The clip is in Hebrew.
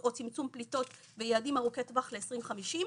או צמצום פליטות ויעדים ארוכי טווח ל-2050,